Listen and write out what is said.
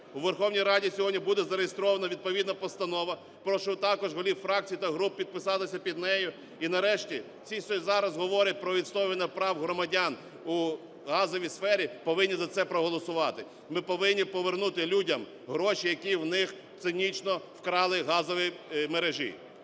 У Верховній Раді сьогодні буде зареєстрована відповідна постанова, прошу також голів фракцій та груп підписатися під нею. І нарешті ті, що зараз говорять про відстоювання прав громадян у газовій сфері, повинні за це проголосувати, ми повинні повернути людям гроші, які в них цинічно вкрали газові мережі.